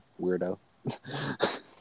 weirdo